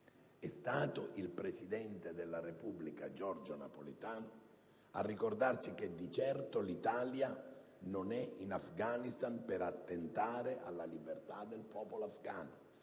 È stato il presidente della Repubblica, Giorgio Napolitano, a ricordarci che di certo l'Italia non è in Afghanistan per attentare alla libertà del popolo afgano.